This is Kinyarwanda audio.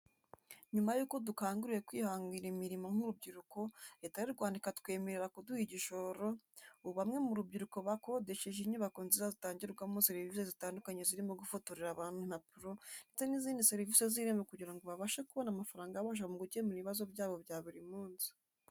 Nyuma y'uko dukanguriwe kwihangira imirimo nk'urubyiruko Leta y'u Rwanda ikatwemerera kuduha igishoro, ubu bamwe mu rubyiruko bakodesheje inyubako nziza zitangirwamo serivisi zitandukanye zirimo gufotorera abantu impapuro ndetse n'izindi serivisi z'Irembo kugira ngo babashe kubona amafaranga abafasha mu gukemura ibibazo byabo bya buri munsi.